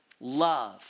love